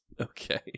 Okay